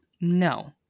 No